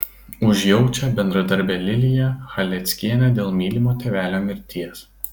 užjaučia bendradarbę liliją chaleckienę dėl mylimo tėvelio mirties